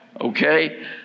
okay